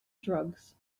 drugs